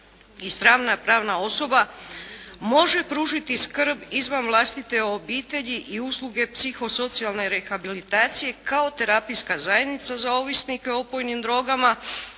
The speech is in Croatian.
i strana pravna osoba može pružiti skrb izvan vlastite obitelji i usluge psihosocijalne rehabilitacije kao terapijska zajednica za ovisnike o opojnim drogama